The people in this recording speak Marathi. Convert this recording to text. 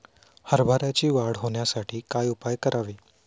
हरभऱ्याची वाढ होण्यासाठी काय उपाय करावे?